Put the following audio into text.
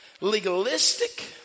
legalistic